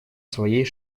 своей